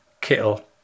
Kittle